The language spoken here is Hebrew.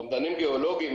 הכול אומדנים גיאולוגיים,